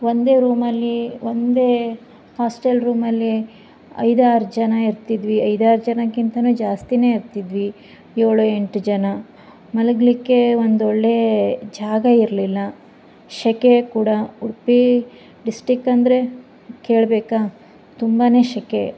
ಒಂದೇ ರೂಮಲ್ಲಿ ಒಂದೇ ಹಾಸ್ಟೆಲ್ ರೂಮಲ್ಲಿ ಐದಾರು ಜನ ಇರ್ತಿದ್ವಿ ಐದಾರು ಜನಕ್ಕಿಂತ ಜಾಸ್ತಿನೆ ಇರ್ತಿದ್ವಿ ಏಳೊ ಎಂಟು ಜನ ಮಲಗಲಿಕ್ಕೇ ಒಂದೊಳ್ಳೇ ಜಾಗ ಇರಲಿಲ್ಲ ಸೆಕೆ ಕೂಡ ಉಡುಪಿ ಡಿಸ್ಟಿಕ್ ಅಂದರೆ ಕೇಳಬೇಕಾ ತುಂಬಾ ಸೆಕೆ